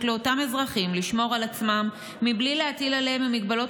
לאותם אזרחים לשמור על עצמם בלי להטיל עליהם הגבלות